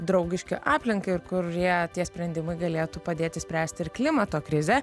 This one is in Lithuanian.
draugiški aplinkai ir kurie tie sprendimai galėtų padėti spręsti ir klimato krizę